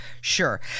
sure